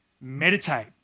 meditate